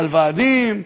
על ועדים,